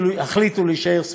החליטו להישאר שמחים,